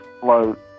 float